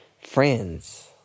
friends